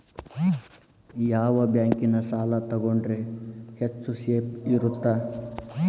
ಯಾವ ಬ್ಯಾಂಕಿನ ಸಾಲ ತಗೊಂಡ್ರೆ ಹೆಚ್ಚು ಸೇಫ್ ಇರುತ್ತಾ?